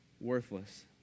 worthless